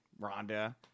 Rhonda